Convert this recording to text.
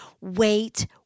wait